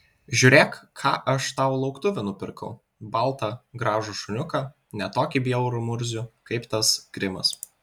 žiūrėk ką aš tau lauktuvių nupirkau baltą gražų šuniuką ne tokį bjaurų murzių kaip tas grimas